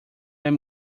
i’m